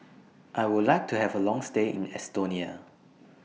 I Would like to Have A Long stay in Estonia